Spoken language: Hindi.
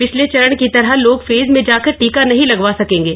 पिछले चरण की तरह लोग फेज में जाकर टीका नहीं लगावा सकेंगे